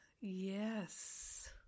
yes